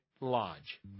Lodge